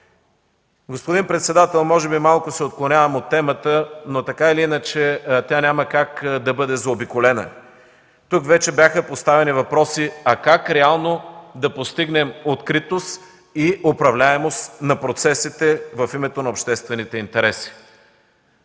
Господин председател, може би малко се отклонявам от темата, но, така или иначе, тя няма как да бъде заобиколена. Тук вече бяха поставени въпроси как реално да постигнем откритост и управляемост на процесите в името на обществените интереси.